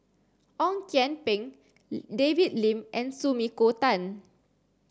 Ong Kian Peng David Lim and Sumiko Tan